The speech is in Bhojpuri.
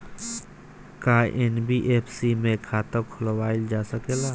का एन.बी.एफ.सी में खाता खोलवाईल जा सकेला?